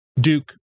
Duke